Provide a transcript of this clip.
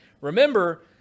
remember